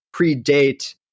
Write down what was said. predate